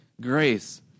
grace